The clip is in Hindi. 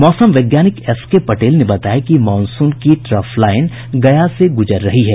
मौसम वैज्ञानिक एस के पटेल ने बताया कि मॉनसून की ट्रफ लाईन गया से गुजर रही है